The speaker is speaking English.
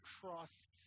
trust